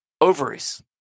Ovaries